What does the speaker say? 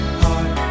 heart